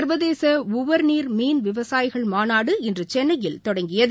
சர்வதேச உவர்நீர் மீன் விவசாயிகள் மாநாடு இன்று சென்னையில் தொடங்கியது